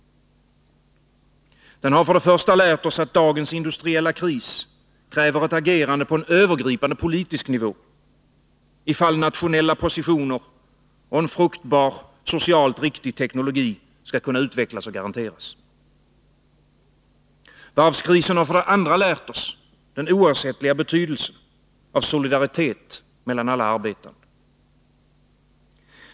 Den har för det första lärt oss att dagens industriella kris kräver ett agerande på en övergripande politisk nivå, i fall nationella positioner och en fruktbar, socialt riktig teknologi skall kunna utvecklas och garanteras. Varvskrisen har för det andra lärt oss den oersättliga betydelsen av solidaritet mellan alla arbetande.